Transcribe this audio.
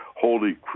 holy